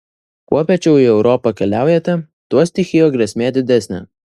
kuo piečiau į europą keliaujate tuo stichijų grėsmė didesnė